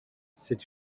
c’est